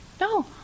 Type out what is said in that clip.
No